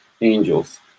angels